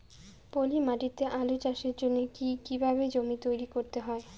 পলি মাটি তে আলু চাষের জন্যে কি কিভাবে জমি তৈরি করতে হয়?